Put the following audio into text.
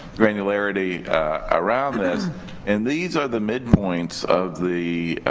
granularity around this and these are the midpoints of the